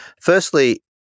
Firstly